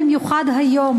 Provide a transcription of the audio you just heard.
במיוחד היום,